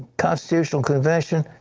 constitutional convention,